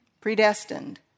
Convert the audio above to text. Predestined